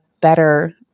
better –